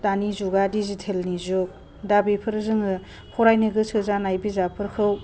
दानि जुगा दिजिटेलनि जुग दा बेफोर जोङो फरायनो गोसो जानाय बिजाबफोरखौ